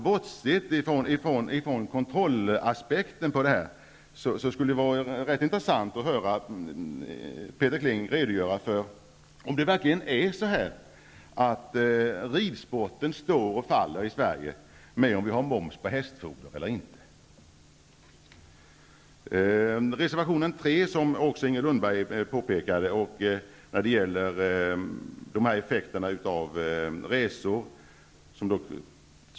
Bortsett från kontrollaspekten skulle det vara intressant att höra Peter Kling redogöra för om det verkligen förhåller sig så, att ridsporten i Sverige står och faller med om vi har moms på hästfoder eller inte. I reservation 3 tas effekterna av resor upp.